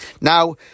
Now